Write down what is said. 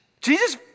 Jesus